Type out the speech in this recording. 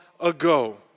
ago